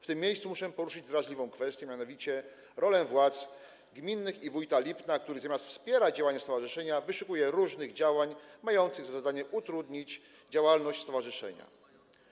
W tym miejscu muszę poruszyć drażliwą kwestię, mianowicie rolę władz gminnych i wójta Lipna, który zamiast wspierać działania stowarzyszenia, wyszukuje różne działania mające za zadanie utrudnić działalność stowarzyszenia.